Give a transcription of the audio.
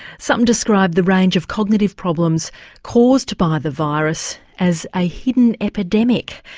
some describe the range of cognitive problems caused by the virus as a hidden epidemic.